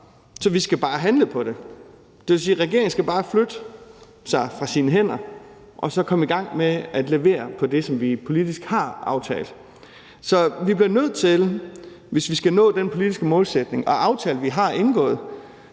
så vi skal bare handle på det. Det vil sige, at regeringen bare skal flytte sig – den skal ikke sidde på hænderne – og så komme i gang med at levere på det, som vi politisk har aftalt. Så vi bliver nødt til at fremrykke processen, hvis vi skal nå den politiske målsætning, vi har indgået